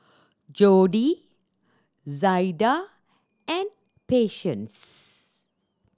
Jodi Zaida and Patience